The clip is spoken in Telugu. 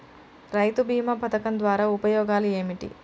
రైతు బీమా పథకం ద్వారా ఉపయోగాలు ఏమిటి?